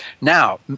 Now